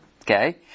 Okay